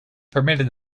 permitted